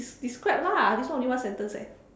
des~ describe lah this one only one sentence eh